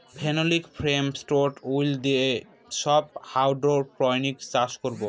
phenolic foam, stone wool দিয়ে সব hydroponics চাষ করাবো